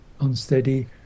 unsteady